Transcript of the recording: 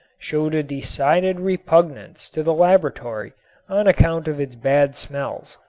showed a decided repugnance to the laboratory on account of its bad smells.